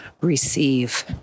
receive